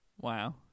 Wow